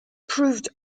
proved